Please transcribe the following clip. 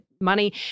money